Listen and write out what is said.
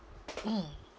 mm